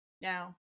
Now